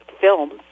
films